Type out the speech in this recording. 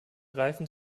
reifen